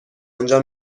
انجا